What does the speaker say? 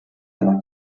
einer